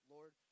Lord